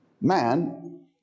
Man